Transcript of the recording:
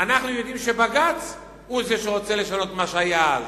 אנחנו יודעים שבג"ץ הוא זה שרוצה לשנות את מה שהיה אז.